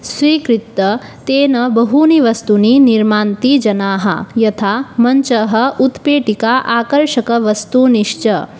स्वीकृत्य तेन बहूनि वस्तूनि निर्मान्ति जनाः यथा मञ्चः उत्पेटिका आकर्षकवस्तूनि च